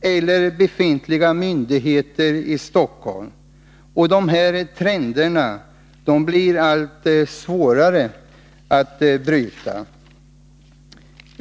eller befintliga myndigheter i Stockholm. Den här trenden blir allt svårare att bryta.